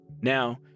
now